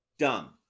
Dumb